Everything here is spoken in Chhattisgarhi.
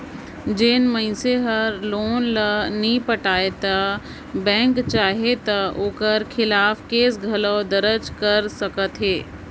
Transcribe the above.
जेन मइनसे हर लोन ल नी पटाय ता बेंक चाहे ता ओकर खिलाफ केस घलो दरज कइर सकत अहे